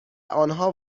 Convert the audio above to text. آنها